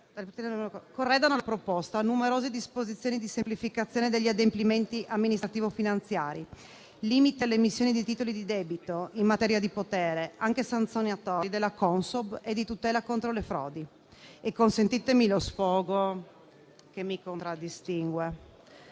Corredano la proposta numerose disposizioni di semplificazione degli adempimenti amministrativo finanziari, limite alle emissioni di titoli di debito in materia di potere, anche sanzionatorio, della Consob e di tutela contro le frodi. Consentitemi poi lo sfogo, caratteristica che mi contraddistingue: